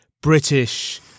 British